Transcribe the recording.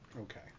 Okay